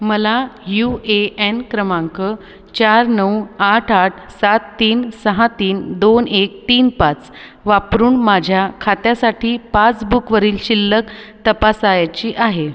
मला U A N क्रमांक चार नऊ आठ आठ सात तीन सहा तीन दोन एक तीन पाच वापरून माझ्या खात्यासाठी पासबुकवरील शिल्लक तपासायची आहे